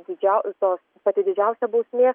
didžiausios pati didžiausia bausmė